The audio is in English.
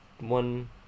One